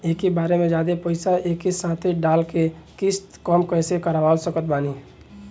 एके बार मे जादे पईसा एके साथे डाल के किश्त कम कैसे करवा सकत बानी?